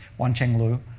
yuancheng lu,